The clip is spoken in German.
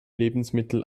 lebensmittel